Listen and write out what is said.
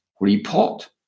report